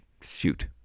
Shoot